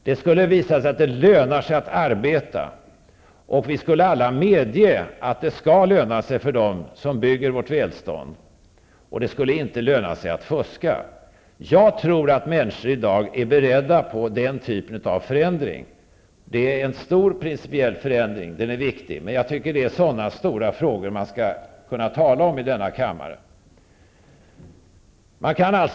Det skulle visa sig att det lönar sig att arbeta -- och vi skulle alla medge att det skall löna sig för dem som bygger vårt välstånd -- och det skulle inte löna sig att fuska. Jag tror att människor i dag är beredda på den typen av förändring. Det är en stor och viktig principiell förändring. Men jag tycker att det är sådana stora frågor man skall kunna tala om i denna kammare.